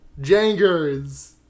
jangers